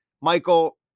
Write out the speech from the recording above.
Michael